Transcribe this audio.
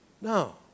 No